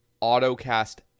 auto-cast